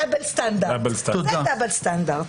זה דאבל סטנדרט.